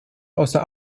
außer